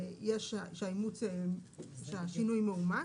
שהשינוי מאומץ.